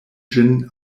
ĝin